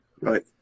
Right